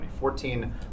2014